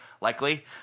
likely